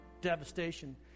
devastation